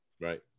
Right